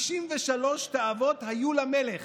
53 תאוות היו למלך,